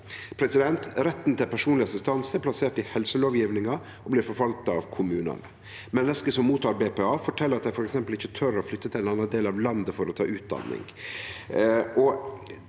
føremålet. Retten til personleg assistanse er plassert i helselovgivinga og blir forvalta av kommunane. Menneske som tek imot BPA, fortel at dei f.eks. ikkje tør å flytte til ein annan del av landet for å ta utdanning.